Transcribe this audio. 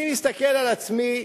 אני מסתכל על עצמי,